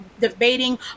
debating